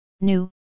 New